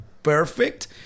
Perfect